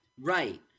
Right